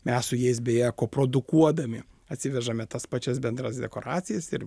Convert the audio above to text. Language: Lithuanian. mes su jais beje koprodukuodami atsivežame tas pačias bendras dekoracijas ir